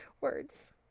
words